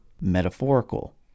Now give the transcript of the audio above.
metaphorical